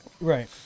Right